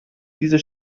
dieser